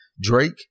Drake